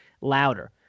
louder